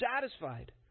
satisfied